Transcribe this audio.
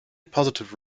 positive